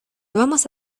vamos